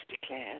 declared